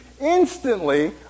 instantly